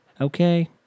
Okay